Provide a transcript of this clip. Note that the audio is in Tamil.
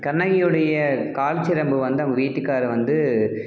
கண்ணகியுடைய கால் சிலம்பு வந்து அவங்க வீட்டுக்காரர் வந்து